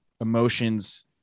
Emotions